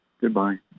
Goodbye